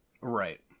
right